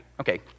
Okay